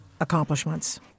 accomplishments